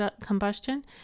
combustion